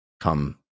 come